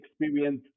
experience